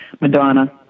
Madonna